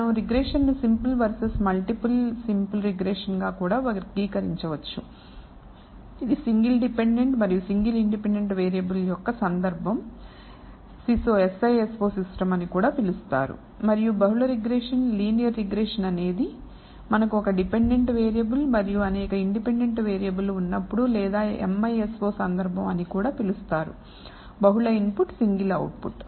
మనం రిగ్రెషన్ను simple versus multiple simple regression గా కూడా వర్గీకరించవచ్చు ఇది సింగిల్ డిపెండెంట్ మరియు సింగిల్ ఇండిపెండెంట్ వేరియబుల్ యొక్క సందర్భం SISO సిస్టమ్ అని కూడా పిలుస్తారు మరియు బహుళ రిగ్రెషన్ లీనియర్ రిగ్రెషన్ అనేది మనకు ఒక డిపెండెంట్ వేరియబుల్ మరియు అనేక ఇండిపెండెంట్ వేరియబుల్ ఉన్నప్పుడు లేదా MISO సందర్భం అని పిలుస్తారు బహుళ ఇన్పుట్ సింగిల్ అవుట్పుట్